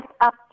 up